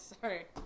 sorry